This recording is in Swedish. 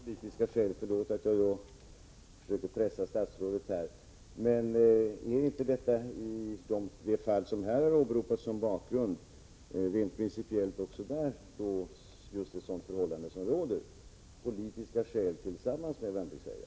Herr talman! Förlåt att jag försöker pressa statsrådet, men jag vill fråga om det inte i det fall som nu har åberopats som bakgrund rent principiellt är fråga om ett sådant förhållande, dvs. politiska skäl tillsammans med värnpliktsvägran?